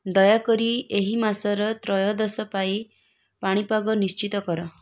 ଦୟାକରି ଏହି ମାସର ତ୍ରୟୋଦଶ ପାଇଁ ପାଣିପାଗ ନିଶ୍ଚିତ କର